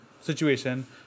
situation